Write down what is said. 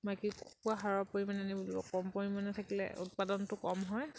মাইকী কুকুৰা হাৰৰ পৰিমাণে আনিবলৈ কম পৰিমাণে থাকিলে উৎপাদনটো কম হয়